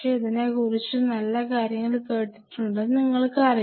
ഇതിനെക്കുറിച്ച് നല്ല കാര്യങ്ങൾ കേട്ടിട്ടുണ്ടെന്ന് നിങ്ങൾക്കറിയാം